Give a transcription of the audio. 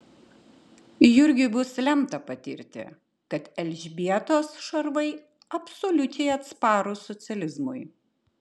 jurgiui bus lemta patirti kad elzbietos šarvai absoliučiai atsparūs socializmui